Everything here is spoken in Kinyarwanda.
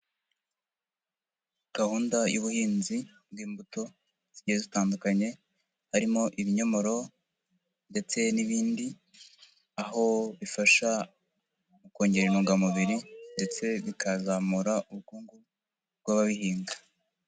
Gahunda y'ubuhinzi bw'imbuto zigiye zitandukanye, harimo ibinyomoro ndetse n'ibindi, aho bifasha mu kongera intungamubiri ndetse bikazamura ubukungu bw'ababihinga.